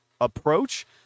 approach